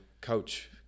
coach